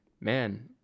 man